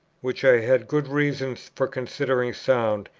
which i had good reasons for considering sound,